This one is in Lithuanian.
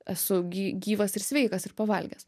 esu gi gyvas ir sveikas ir pavalgęs